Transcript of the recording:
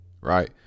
right